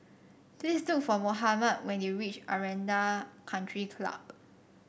please look for Mohammad when you reach Aranda Country Club